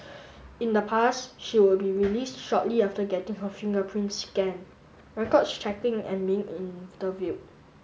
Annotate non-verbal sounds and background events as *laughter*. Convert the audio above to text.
*noise* in the past she would be released shortly after getting her fingerprints scan records checking and being interviewed